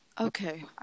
Okay